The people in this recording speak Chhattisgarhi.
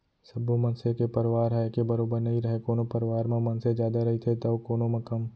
सब्बो मनसे के परवार ह एके बरोबर नइ रहय कोनो परवार म मनसे जादा रहिथे तौ कोनो म कम